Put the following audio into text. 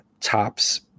tops